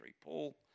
Paul